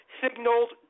signaled